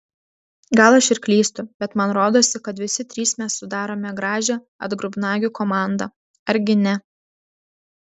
gal aš ir klystu bet man rodosi kad visi trys mes sudarome gražią atgrubnagių komandą argi ne